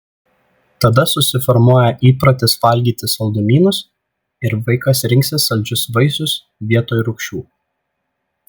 tada susiformuoja įprotis valgyti saldumynus ir vaikas rinksis saldžius vaisius vietoj rūgščių